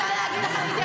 מה להתבייש?